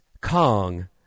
Kong